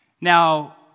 Now